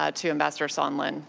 ah to ambassador sondland.